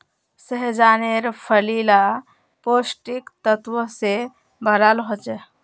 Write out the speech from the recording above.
सह्जानेर फली ला पौष्टिक तत्वों से भराल होचे